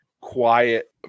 quiet